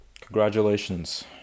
Congratulations